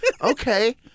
okay